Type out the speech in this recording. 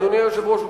אדוני היושב-ראש,